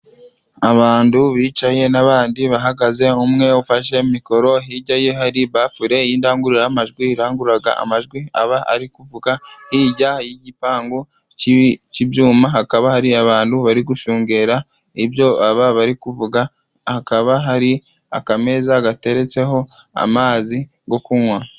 Abantu bicaye n'abandi bahagaze, umwe ufashe mikoro hirya ye hari bafure y'indangururamajwi irangururaga amajwi aba ari kuvuga, hirya y'igipangu cy'ibyuma hakaba hari abantu bari gushungera ibyo aba bari kuvuga, hakaba hari akameza gateretseho amazi gwo kunywa.